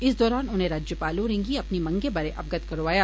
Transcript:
इस दौरान उनें राज्यपाल होरें गी अपनी मंगै बारै अवगत करोआया